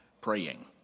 praying